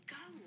go